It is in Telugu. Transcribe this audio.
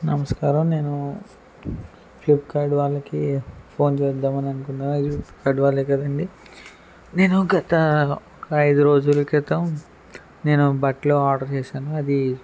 నమస్కారం నేను ఫ్లిప్కార్ట్ వాళ్ళకి ఫోన్ చేద్దామననుకున్నా ఫ్లిప్కార్ట్ వాళ్ళే కదండీ నేను గత ఐదు రోజుల క్రితం నేను బట్టలు ఆర్డర్ చేసాను అది